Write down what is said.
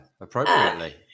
appropriately